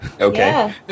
Okay